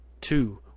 two